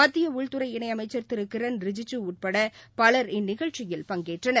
மத்தியஉள்துறை இணைஅமைச்சர் திருகிரண் ரிஜிஜு உட்படபவர் இந்நிகழ்ச்சியில் பங்கேற்றனர்